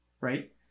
right